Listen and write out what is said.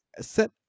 set